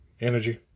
Energy